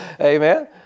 Amen